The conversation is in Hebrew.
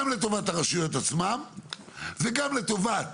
וגם לטובת